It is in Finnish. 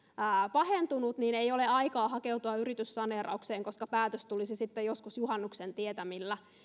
pahentunut niin ei ole aikaa hakeutua yrityssaneeraukseen koska päätös tulisi sitten joskus juhannuksen tietämillä